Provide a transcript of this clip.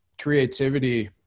creativity